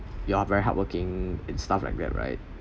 you are very hardworking and stuff like that right